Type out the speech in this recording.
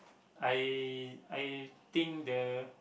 I I think the